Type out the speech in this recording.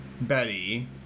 Betty